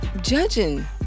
judging